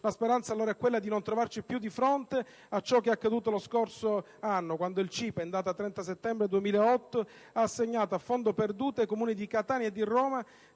La speranza allora è quella di non trovarci più di fronte a ciò che è accaduto lo scorso anno quando il CIPE, in data 30 settembre 2008, ha assegnato, a fondo perduto, ai Comuni di Catania e di Roma